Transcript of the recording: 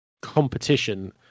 competition